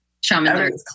Shaman